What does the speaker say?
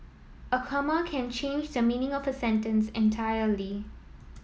a comma can change the meaning of a sentence entirely